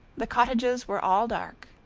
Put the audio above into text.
the cottages were all dark.